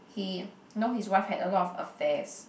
he know his wife had a lot of affairs